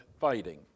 fighting